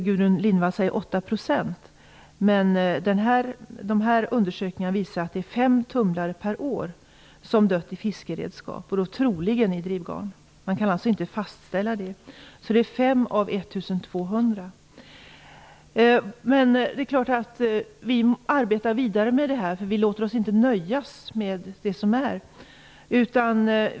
Gudrun Lindvall säger att det är 8 %. Men denna undersökning visar att fem tumlare per år har dött i fiskeredskap, och då troligen i drivgarn. Man kan inte fastställa det. Det är fem av 1 200. Vi arbetar vidare med detta. Vi låter oss inte nöjas med det som är.